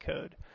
Code